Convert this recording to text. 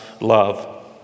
love